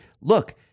look